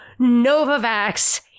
Novavax